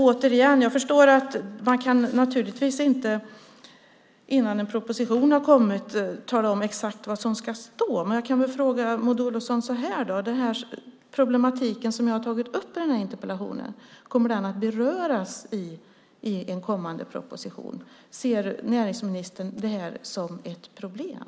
Återigen: Jag förstår naturligtvis att man inte innan en proposition har kommit kan tala om exakt vad som ska stå i den. Men jag vill fråga Maud Olofsson om den problematik som jag har tagit upp i interpellationen kommer att beröras i en kommande proposition. Ser näringsministern detta som ett problem?